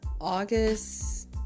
August